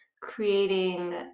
Creating